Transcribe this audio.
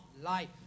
life